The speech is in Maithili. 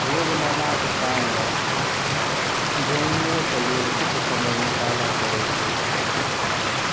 रोजमर्राके काममे ड्राइंगोकेँ लेल किछु समय निकालऽ पड़ै छै